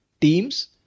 teams